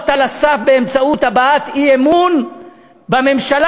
על הסף באמצעות הבעת אי-אמון בממשלה,